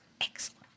Excellent